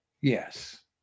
Yes